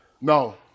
No